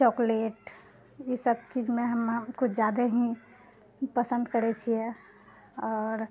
chocolate ई सब चीजमे हमे किछु ज्यादा ही पसन्द करै छिए आओर